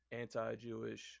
anti-Jewish